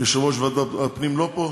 כי יושב-ראש ועדת הפנים לא פה,